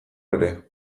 ere